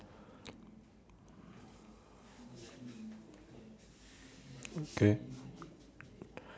okay